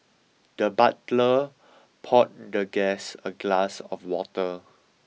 the butler poured the guest a glass of water